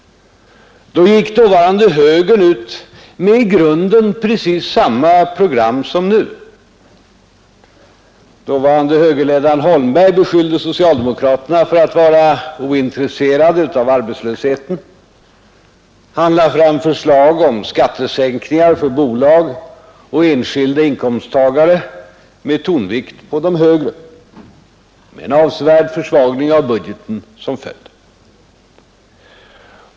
Då gick dåvarande högern ut med i grunden precis samma program som nu. Dåvarande högerledaren Holmberg beskyllde socialdemokraterna för att vara ointresserade av arbetslösheten. Han lade fram förslag om skattesänkningar för bolag och enskilda inkomsttagare — med tonvikten på de högre — och med en avsevärd försvagning av budgeten som följd.